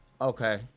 Okay